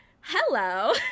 hello